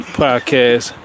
podcast